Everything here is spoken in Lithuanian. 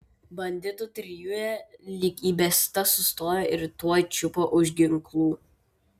banditų trijulė lyg įbesta sustojo ir tuoj čiupo už ginklų